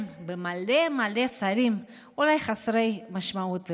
במלא מלא שרים אולי חסרי משמעות ומעש.